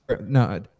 No